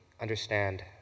understand